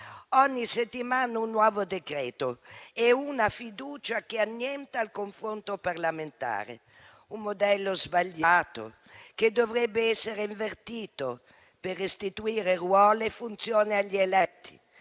Ogni settimana un nuovo decreto-legge e una fiducia che annienta il confronto parlamentare. È un modello sbagliato che dovrebbe essere invertito per restituire ruolo e funzioni agli eletti